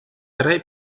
tre